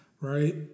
right